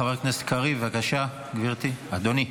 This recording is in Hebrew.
חבר הכנסת קריב, בבקשה, אדוני.